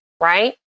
right